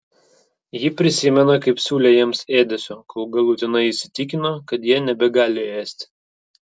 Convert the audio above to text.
ji prisimena kaip siūlė jiems ėdesio kol galutinai įsitikino kad jie nebegali ėsti